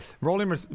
Rolling